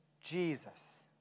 Jesus